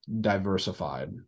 diversified